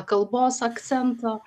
kalbos akcento